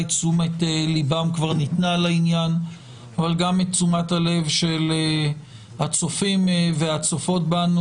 תשומת לבם כבר ניתנה לעניין אבל גם את תשומת הלב של הצופים והצופות בנו